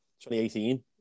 2018